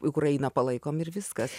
ukrainą palaikom ir viskas